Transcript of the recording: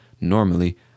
normally